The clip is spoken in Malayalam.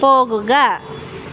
പോകുക